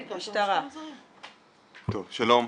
שלום,